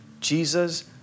Jesus